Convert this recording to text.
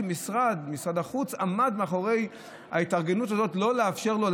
שמשרד החוץ עמד מאחורי ההתארגנות הזאת לא לאפשר לו,